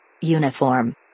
Uniform